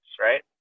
right